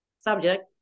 subject